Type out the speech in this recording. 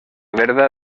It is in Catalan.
verda